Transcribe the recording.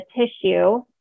tissue